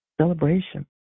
celebration